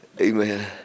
Amen